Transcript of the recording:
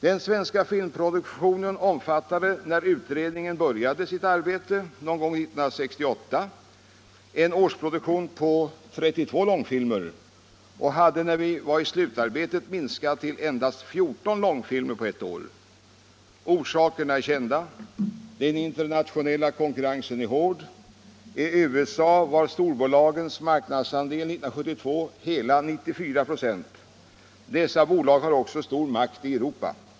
Den svenska filmproduktionen omfattade, när utredningen började sitt arbete någon gång 1968, en årsproduktion på 32 långfilmer och hade när vi var i slutskedet av arbetet minskat till endast 14 långfilmer på ett år. Orsakerna är kända. Den internationella konkurrensen är hård —- i USA var storbolagens marknadsandel 1972 hela 94 96. Dessa bolag har även stor makt i Europa.